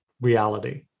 reality